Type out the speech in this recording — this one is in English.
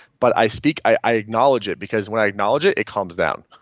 but i speak, i i acknowledge it because when i acknowledge it, it calms down.